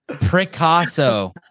Picasso